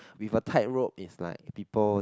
with a tightrope is like people